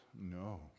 No